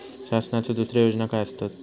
शासनाचो दुसरे योजना काय आसतत?